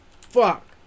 Fuck